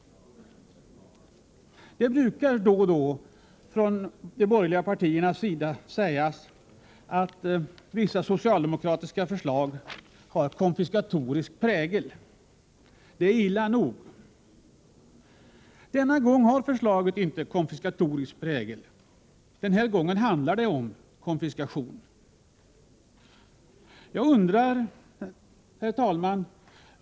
Det brukar då och då från de borgerliga partiernas sida sägas att vissa socialdemokratiska förslag har en konfiskatorisk prägel. Det är illa nog. Denna gång har förslaget dock inte en konfiskatorisk prägel. Den här gången handlar det om ren konfiskation. Herr talman!